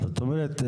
זאת אומרת,